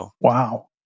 Wow